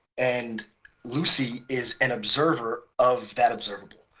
and lucy is an observer of that observable.